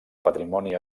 patrimoni